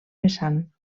vessant